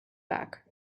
back